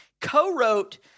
co-wrote